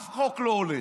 אף חוק לא עולה.